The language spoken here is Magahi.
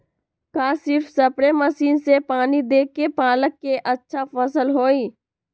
का सिर्फ सप्रे मशीन से पानी देके पालक के अच्छा फसल होई?